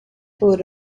food